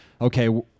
okay